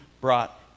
brought